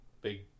big